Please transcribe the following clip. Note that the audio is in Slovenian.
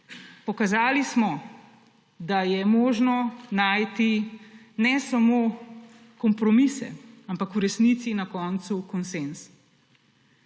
Pokazali smo, da je možno najti ne samo kompromise, ampak v resnici na koncu konsenz